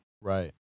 Right